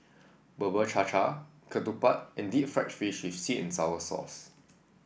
Bubur Cha Cha Ketupat and Deep Fried Fish with sweet and sour sauce